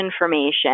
information